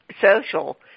social